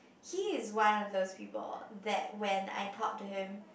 he is one of those people that when I talk to him